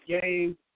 game